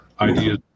ideas